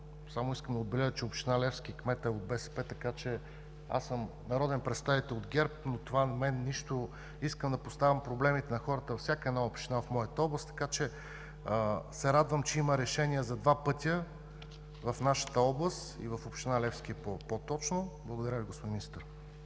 само искам да отбележа, че в община Левски кметът е от БСП. Аз съм народен представител от ГЕРБ, но това мен нищо… Искам да поставям проблемите на хората от всяка една община в моята област. Радвам се, че има решение за два пътя в нашата област и в община Левски, по-точно. Благодаря Ви, господин Министър.